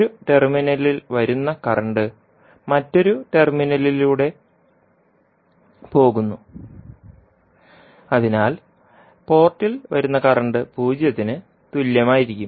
ഒരു ടെർമിനലിൽ വരുന്ന കറന്റ് മറ്റൊരു ടെർമിനലിലൂടെ പോകുന്നു അതിനാൽ പോർട്ടിൽ വരുന്ന കറന്റ് പൂജ്യത്തിന് തുല്യമായിരിക്കും